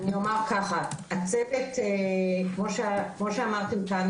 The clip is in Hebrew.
כמו שאמרתם כאן,